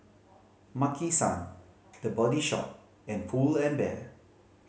Maki San The Body Shop and Pull and Bear